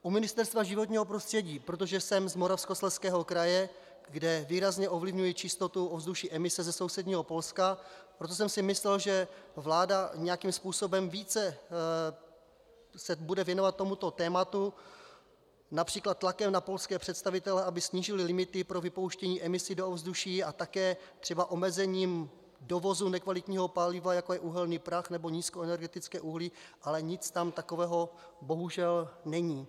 U Ministerstva životního prostředí, protože jsem z Moravskoslezského kraje, kde výrazně ovlivňuje čistotu ovzduší emise ze sousedního Polska, proto jsem si myslel, že vláda nějakým způsobem více se bude věnovat tomuto tématu, například tlakem na polské představitele, aby snížili limity pro vypouštění emisí do ovzduší a také třeba omezením dovozu nekvalitního paliva, jako je uhelný prach nebo nízkoenergetické uhlí, ale nic tam takového bohužel není.